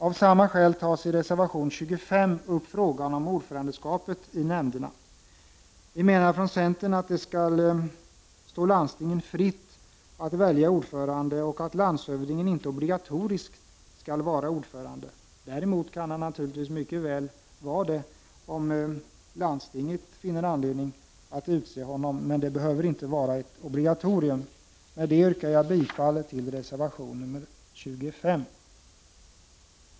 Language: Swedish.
Av samma skäl tas i reservation 25 frågan om ordförandeskapet i nämnderna upp. Vi menar i centern att det skall stå landstingen fritt att välja ordförande och att landshövdingen inte obligatoriskt skall vara ordförande. Däremot kan han naturligtvis mycket väl vara det, om landstinget finner anledning att utse honom. Men det behöver alltså inte vara ett obligatorium. Jag yrkar bifall till reservation 25.